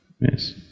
Yes